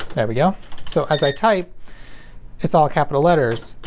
there we go so as i type it's all capital letters,